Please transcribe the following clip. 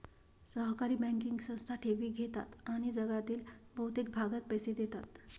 सहकारी बँकिंग संस्था ठेवी घेतात आणि जगातील बहुतेक भागात पैसे देतात